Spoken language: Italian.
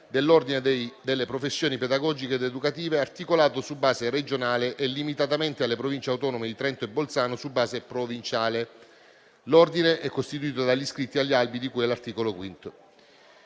dell'Ordine delle professioni pedagogiche ed educative, articolato su base regionale e, limitatamente alle Province autonome di Trento e Bolzano, su base provinciale. L'Ordine è costituito dagli iscritti agli albi di cui all'articolo 5.